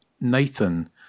Nathan